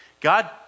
God